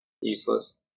useless